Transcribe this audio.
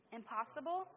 impossible